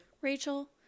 Rachel